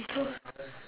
ya so